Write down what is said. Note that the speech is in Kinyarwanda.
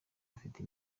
bafite